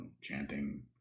chanting